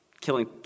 killing